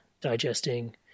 digesting